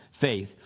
faith